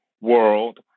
world